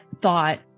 thought